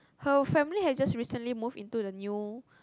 her family has just recently moved into the new